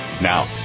Now